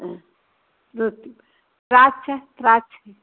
ம் நூற்றிப்பத் திராட்சை திராட்சை